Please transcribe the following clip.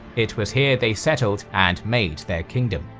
it was here they settled and made their kingdom.